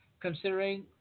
considering